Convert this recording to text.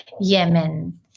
Yemen